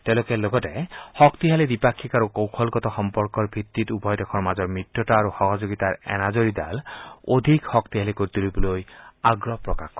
তেওঁলোকে লগতে শক্তিশালী দ্বিপাক্ষিক আৰু কৌশলগত সম্পৰ্কৰ ভিত্তিত উভয় দেশৰ মাজৰ মিত্ৰতা আৰু সহযোগিতাৰ এনাজৰিডাল অধিক শক্তিশালী কৰি তুলিবলৈ আগ্ৰহ প্ৰকাশ কৰে